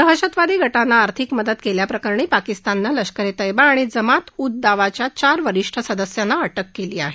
दहशतवादी गटाना आर्थिक मदत केल्याप्रकरणी पाकिस्ताननं लष्कर ए तयबा आणि जमात उद दावाच्या चार वरिष्ठ सदस्याना अटक केली आहे